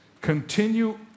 Continue